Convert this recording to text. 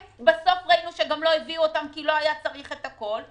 שבסוף ראינו שלא הביאו אותם כי לא היה צריך את הכול.